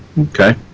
Okay